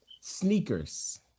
Sneakers